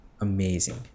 Amazing